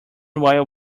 while